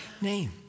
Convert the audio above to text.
name